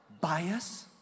bias